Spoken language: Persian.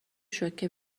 شوکه